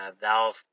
Valve